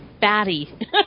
batty